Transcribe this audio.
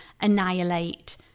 annihilate